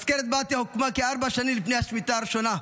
מזכרת בתיה הוקמה כארבע שנים לפני השמיטה הראשונה.